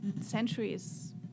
centuries